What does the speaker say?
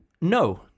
no